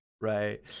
right